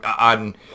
on